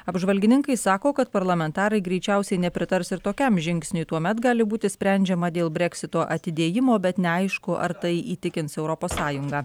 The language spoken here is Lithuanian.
apžvalgininkai sako kad parlamentarai greičiausiai nepritars ir tokiam žingsniui tuomet gali būti sprendžiama dėl breksito atidėjimo bet neaišku ar tai įtikins europos sąjungą